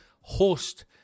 host